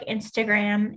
Instagram